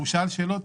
הוא שאל שאלות,